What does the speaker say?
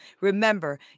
Remember